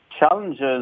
Challenges